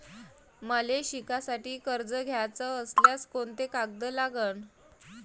मले शिकासाठी कर्ज घ्याचं असल्यास कोंते कागद लागन?